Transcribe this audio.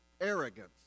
arrogance